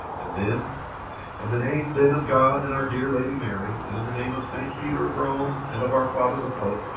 and and the name, then, of god, and our dear lady mary, and in the name of st. peter of rome, and of our father the pope,